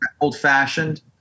Old-fashioned